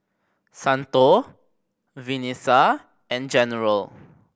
Santo Venessa and General